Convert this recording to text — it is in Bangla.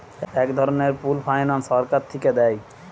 এক ধরনের পুল্ড ফাইন্যান্স সরকার থিকে দেয়